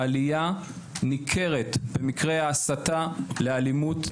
עלייה ניכרת במקרי הסתה לאלימות,